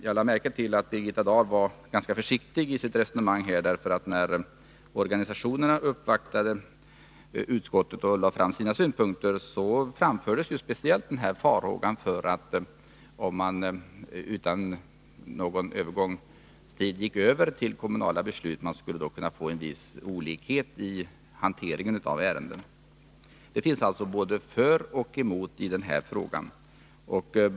Jag lade märke till att Birgitta Dahl var ganska försiktig i sitt resonemang. När organisationerna uppvaktade utskottet och lade fram sina synpunkter framfördes farhågor för att det, om man utan övergångsregler gick över till kommunala beslut, skulle bli en viss olikhet i hanteringen av ärendena. Det finns alltså det som talar både för och emot i den här frågan.